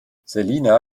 selina